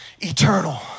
eternal